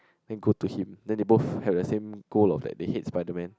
then go to him then they both have the same goal of that they hate Spider Man